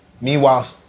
Meanwhile